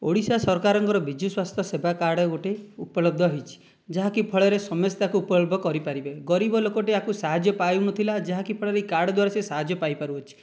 ଓଡ଼ିଶା ସରକାରଙ୍କର ବିଜୁ ସ୍ଵାସ୍ଥ୍ୟ ସେବା କାର୍ଡ଼ ଗୋଟିଏ ଉପଲବ୍ଧ ହୋଇଛି ଯାହାକି ଫଳରେ ସମସ୍ତେ ଏହାକୁ ଉପଲବ୍ଧ କରିପାରିବେ ଗରିବ ଲୋକଟି ଆଗରୁ ସାହାଯ୍ୟ ପାଉନଥିଲା ଯାହା କି ଫଳରେ ସେ କାର୍ଡ଼ ଦ୍ଵାରା ସାହାଯ୍ୟ ପାଇପାରୁଛି